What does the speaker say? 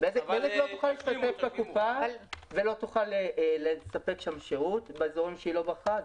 בזק לא תוכל להשתתף בקופה ולא תוכל לספק שירות באזורים שהיא לא בחרה.